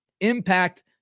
impact